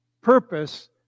purpose